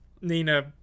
Nina